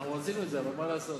אנחנו רצינו את זה, אבל מה לעשות.